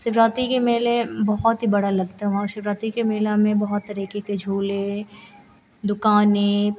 शिवरात्रि का मेला बहुत ही बड़ा लगता है महा शिवरात्रि के मेला में बहुत तरीके के झूले दुक़ानें